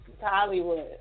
Hollywood